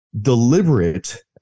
deliberate